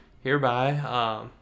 Hereby